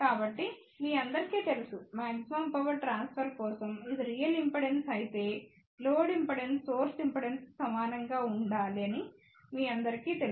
కాబట్టిమీ అందరికి తెలుసు maximum power transfer కోసంఇది రియల్ ఇంపిడెన్స్ అయితే లోడ్ ఇంపిడెన్స్ సోర్స్ ఇంపిడెన్స్ కి సమానంగా ఉండాలని మీ అందరికీ తెలుసు